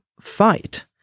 fight